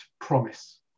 promise